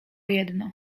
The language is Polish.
jedno